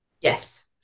Yes